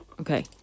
Okay